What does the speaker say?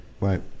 Right